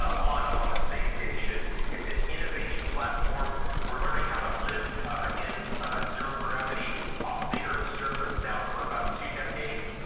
on up on the space station it's an innovation platform for learning how to live a in a zero gravity off the earth's surface now for about two decades,